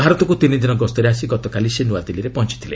ଭାରତକ୍ତ ତିନି ଦିନ ଗସ୍ତରେ ଆସି ଗତକାଲି ସେ ନ୍ୱଆଦିଲ୍ଲୀରେ ପହଞ୍ଚିଥିଲେ